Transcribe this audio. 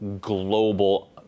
global